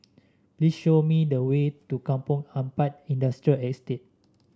please show me the way to Kampong Ampat Industrial Estate